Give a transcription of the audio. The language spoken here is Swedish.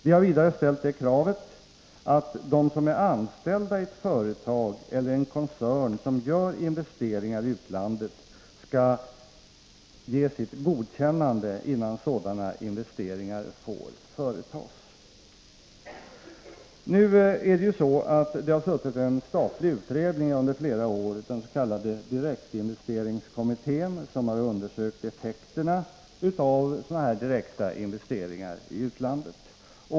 Vi har vidare ställt kravet att de som är anställda i ett företag eller en koncern som gör investeringar i utlandet skall ge sitt godkännande innan sådana investeringar får företas. Nu har det ju under flera år suttit en statlig utredning, den s.k. direktinvesteringskommittén, som har undersökt effekterna av sådana här direkta investeringar i utlandet.